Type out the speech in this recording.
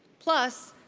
plus,